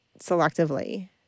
selectively